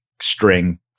string